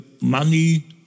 money